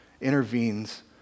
intervenes